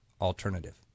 alternative